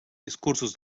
discursos